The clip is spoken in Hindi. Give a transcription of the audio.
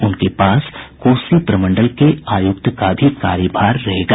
उनके पास कोसी प्रमंडल के आयुक्त का भी कार्यभार रहेगा